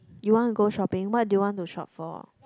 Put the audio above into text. you want to go shopping what do you want to shop for